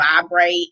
vibrate